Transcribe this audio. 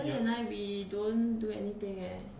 alan and I we don't do anything eh